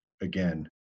again